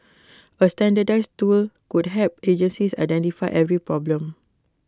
A standardised tool could help agencies identify every problem